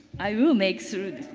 i will make through.